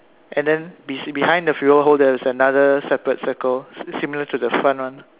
and then be~ behind the fuel hole there's another separate circle similar to the front one